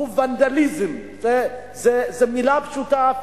הוא ונדליזם, זאת מלה פשוטה אפילו,